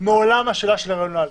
ומעולם השאלה של ההיריון לא עלתה.